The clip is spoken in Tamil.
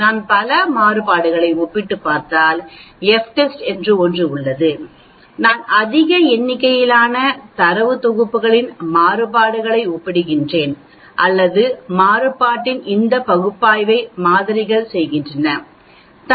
நான் மாறுபாடுகளை ஒப்பிட்டுப் பார்த்தால் எஃப் டெஸ்ட் என்று ஒன்று உள்ளது நான் அதிக எண்ணிக்கையிலான தரவுத் தொகுப்புகளின் மாறுபாடுகளை ஒப்பிடுகிறேன் அல்லது மாறுபாட்டின் இந்த பகுப்பாய்வை மாதிரிகள் செய்கிறேன்